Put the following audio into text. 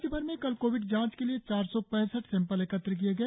राज्यभर में कल कोविड जांच के लिए चार सौ पैसठ सैंपल एकत्र किए गए